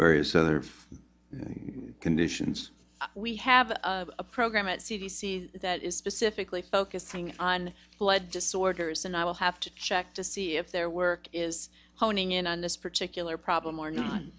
various other conditions we have a program at c d c that is specifically focusing on blood disorders and i will have to check to see if their work is honing in on this particular problem or no